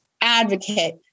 advocate